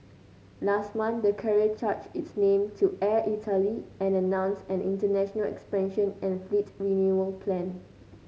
last month the carrier changed its name to Air Italy and announced an international expansion and fleet renewal plan